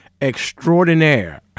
extraordinaire